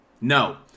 No